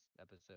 episode